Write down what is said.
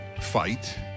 fight